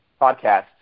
podcast